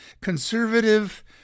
Conservative